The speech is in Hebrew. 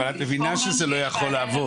אבל את מבינה שזה לא יכול לעבוד?